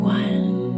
one